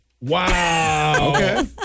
Wow